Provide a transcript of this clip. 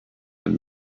and